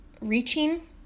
reaching